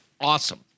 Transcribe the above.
awesome